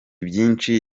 byinshi